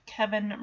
Kevin